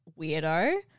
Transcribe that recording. weirdo